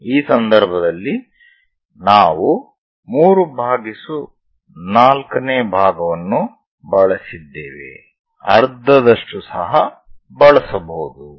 ಈ ಸಂದರ್ಭದಲ್ಲಿ ನಾವು 34 ನೇ ಭಾಗವನ್ನು ಬಳಸಿದ್ದೇವೆ ಅರ್ಧದಷ್ಟು ಸಹ ಬಳಸಬಹುದು